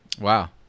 Wow